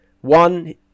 one